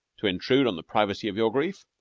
to intrude on the privacy of your grief.